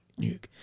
nuke